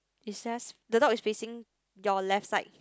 is just the dog is facing your left side